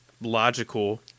logical